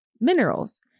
minerals